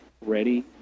ready